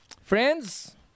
friends